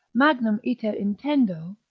magnum iter intendo,